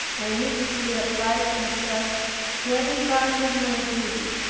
i immediately applied myself to every part of my duty.